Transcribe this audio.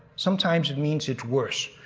sometimes it means it's worse.